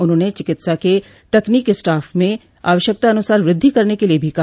उन्होंने चिकित्सा के तकनीकी स्टॉफ में आवश्यकतानुसार वृद्धि करने के लिये भी कहा